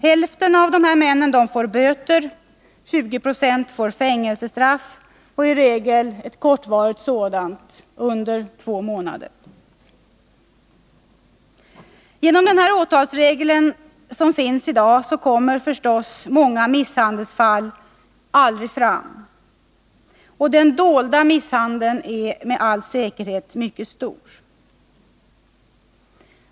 Hälften av dem får böter, 20 90 får fängelsestraff, i regel under två månader. Genom denna åtalsregel kommer många misshandelsfall aldrig fram. Den dolda misshandeln är med all säkerhet mycket stor.